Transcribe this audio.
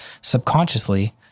subconsciously